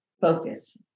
focus